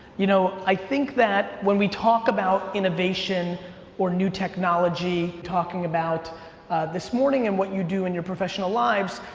you know i think that when we talk about innovation or new technology. talking about this morning and what you do in your professional lives,